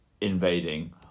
invading